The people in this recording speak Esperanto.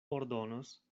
ordonos